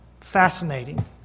fascinating